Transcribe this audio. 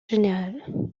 général